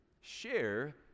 share